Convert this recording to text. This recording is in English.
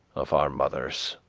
of our mothers.